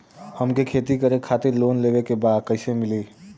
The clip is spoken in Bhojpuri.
हमके खेती करे खातिर लोन लेवे के बा कइसे मिली?